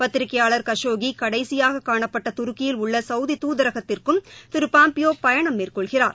பத்திரிகையாளர் கசோஹி கடைசியாக காணப்பட்ட துருக்கியில் உள்ள சவுதி துதரகத்திற்கும் திரு பாம்பியோ பயணம் மேற்கொள்கிறார்